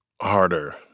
harder